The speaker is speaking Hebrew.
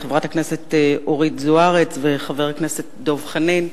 חברת הכנסת אורית זוארץ וחבר הכנסת דב חנין.